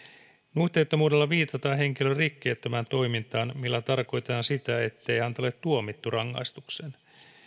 nuhteettomuudella viitataan henkilön rikkeettömään toimintaan millä tarkoitetaan sitä ettei häntä ole tuomittu rangaistukseen